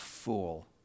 fool